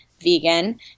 vegan